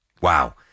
Wow